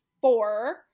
four